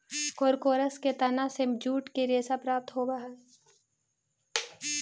कोरकोरस के तना से जूट के रेशा प्राप्त होवऽ हई